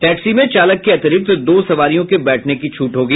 taxi में चालक के अतिरिक्त दो सवारियों के बैठने की छूट होगी